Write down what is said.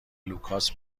لوکاس